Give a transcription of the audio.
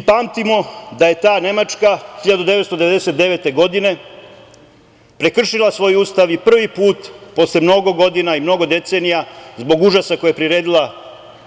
Pamtimo i da je ta Nemačka 1999. godine prekršila svoj Ustav i prvi put posle mnogo godina i mnogo decenija, jer je zbog užasa koji je priredila